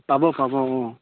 পাব পাব অঁ